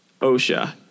Osha